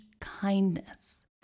kindness